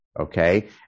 Okay